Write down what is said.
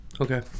Okay